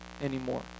anymore